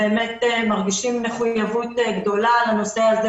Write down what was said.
באמת מרגישים מחויבות גדולה בנושא הזה